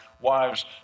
wives